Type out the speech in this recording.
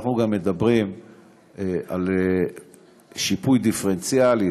אנחנו מדברים גם על שיפוי דיפרנציאלי.